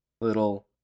little